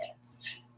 Yes